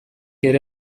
ere